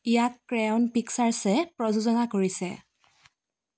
ইয়াক ক্ৰেয়ন পিকচাৰ্ছে প্ৰযোজনা কৰিছে